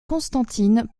constantine